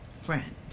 friend